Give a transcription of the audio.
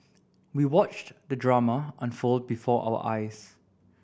we watched the drama unfold before our eyes